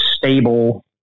stable